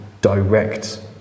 direct